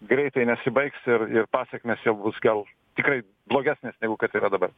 greitai nesibaigs ir ir pasekmės jau bus gal tikrai blogesnės negu kad yra dabar